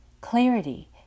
clarity